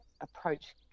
approach